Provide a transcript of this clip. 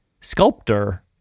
sculptor